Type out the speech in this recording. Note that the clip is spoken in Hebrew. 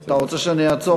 אתה רוצה שאני אעצור.